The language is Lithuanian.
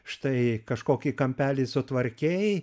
štai kažkokį kampelį sutvarkei